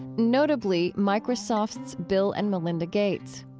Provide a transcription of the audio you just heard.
notably microsoft's bill and melinda gates.